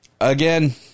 again